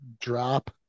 drop